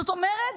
זאת אומרת,